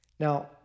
Now